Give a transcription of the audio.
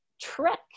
Trek